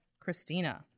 Christina